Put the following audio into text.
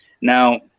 Now